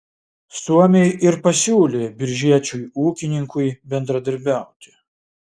suomiai ir pasiūlė biržiečiui ūkininkui bendradarbiauti